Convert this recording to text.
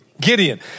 Gideon